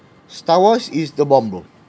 star wars is the bomb bro